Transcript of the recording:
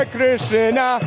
Krishna